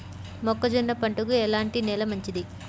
మొక్క జొన్న పంటకు ఎలాంటి నేల మంచిది?